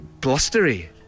blustery